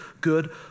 good